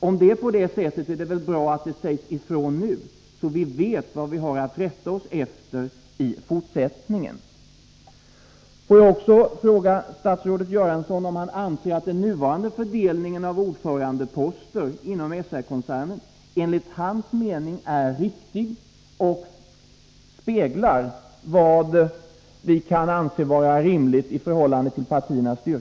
Om det är på det sättet är det väl bra att det sägs ifrån nu, så att vi vet vad vi har att rätta oss efter i fortsättningen. Får jag vidare fråga statsrådet Göransson om han anser att den nuvarande fördelningen av ordförandeposter inom SR-koncernen enligt hans mening är riktig och speglar vad vi kan anse vara rimligt i förhållande till partiernas styrka.